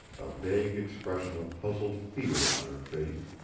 a vague expression of puzzled fear on her face.